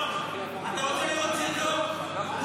רון, אתה רוצה לראות סרטון?